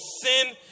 sin